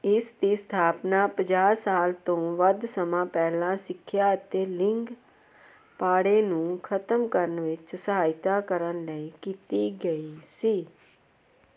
ਇਸ ਦੀ ਸਥਾਪਨਾ ਪੰਜਾਹ ਸਾਲ ਤੋਂ ਵੱਧ ਸਮਾਂ ਪਹਿਲਾਂ ਸਿੱਖਿਆ ਅਤੇ ਲਿੰਗ ਪਾੜੇ ਨੂੰ ਖਤਮ ਕਰਨ ਵਿੱਚ ਸਹਾਇਤਾ ਕਰਨ ਲਈ ਕੀਤੀ ਗਈ ਸੀ